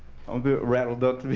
um bit rattled up to be